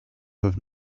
have